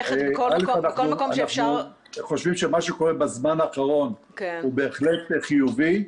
אנחנו חושבים שמה שקורה בזמן האחרון הוא בהחלט חיובי,